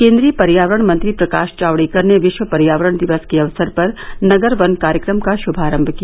केन्द्रीय पर्यावरण मंत्री प्रकाश जावड़ेकर ने विश्व पर्यावरण दिवस के अवसर पर नगर वन कार्यक्रम का श्मारंभ किया